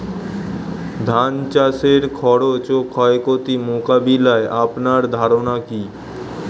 ধান চাষের খরচ ও ক্ষয়ক্ষতি মোকাবিলায় আপনার ধারণা কী?